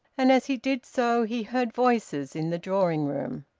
and as he did so he heard voices in the drawing-room.